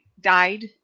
died